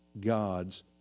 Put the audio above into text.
God's